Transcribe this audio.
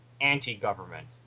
anti-government